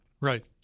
Right